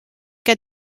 que